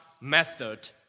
method